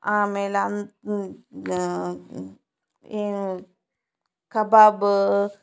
ಆಮೇಲೆ ಅನ್ ಏನು ಕಬಾಬ್